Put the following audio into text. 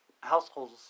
households